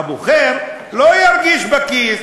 הבוחר לא ירגיש בכיס,